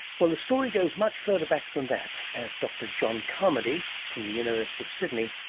well, the story goes much further back than that, as dr john carmody, from the university of sydney,